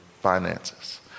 finances